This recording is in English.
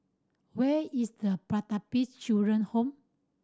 where is Pertapis Children Home